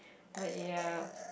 but ya